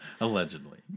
Allegedly